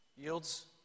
Yields